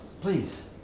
please